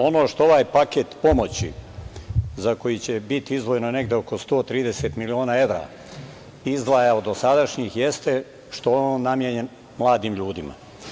Ono što ovaj paket pomoći, za koji će biti izdvojeno negde oko 130 miliona evra, izdvaja od dosadašnjih jeste što je on namenjen mladim ljudima.